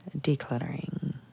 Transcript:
decluttering